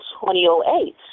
2008